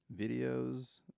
videos